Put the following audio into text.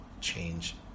change